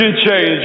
change